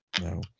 No